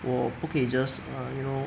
我不可以 just err you know